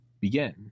begin